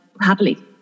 happily